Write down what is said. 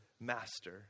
master